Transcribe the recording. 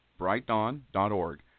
brightdawn.org